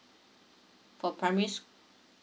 for primary sc~